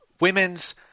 Women's